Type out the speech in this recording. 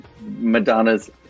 Madonna's